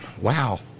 wow